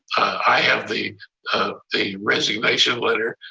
i have the ah the resignation letter.